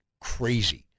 crazy